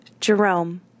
Jerome